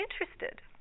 interested